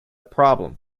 problem